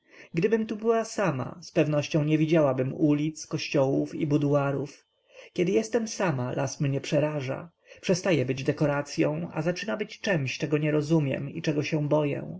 gdybym tu była sama zpewnością nie widziałabym ulic kościołów i buduarów kiedy jestem sama las mnie przeraża przestaje być dekoracyą a zaczyna być czemś czego nie rozumiem i czego się boję